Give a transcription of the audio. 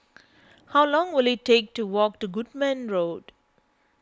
how long will it take to walk to Goodman Road